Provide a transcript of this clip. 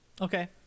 Okay